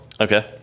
Okay